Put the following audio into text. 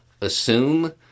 Assume